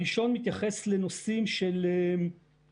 הראשונה מתייחסת לנושא של מוקדים,